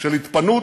של התפנות,